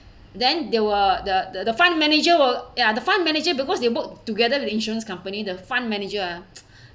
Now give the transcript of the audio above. then they will the the fund manager will ya the fund manager because they work together with the insurance company the fund manager ah